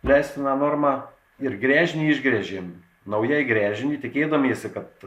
leistiną normą ir gręžinį išgręžėm naujai gręžinį tikėdamiesi kad